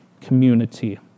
community